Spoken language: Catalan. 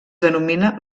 denomina